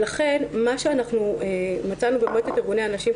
לכן מה שמצאנו במועצת ארגוני הנשים,